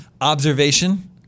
Observation